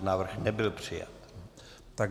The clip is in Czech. Návrh nebyl přijat.